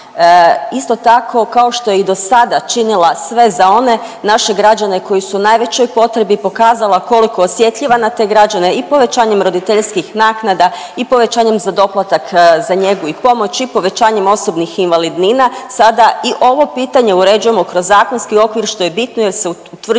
Isto tako kao što je i do sada činila sve za one naše građane koji su u najvećoj potrebi pokazala koliko je osjetljiva na te građane i povećanjem roditeljskih naknada i povećanjem za doplatak za njegu i pomoć i povećanjem osobnih invalidnina sada i ovo pitanje uređujemo kroz zakonski okvir što je bitno jer se utvrđuju